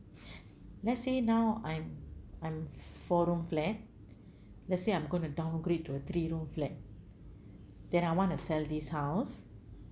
let's say now I'm I'm four room flat let's say I'm going to downgrade to a three room flat then I want to sell this house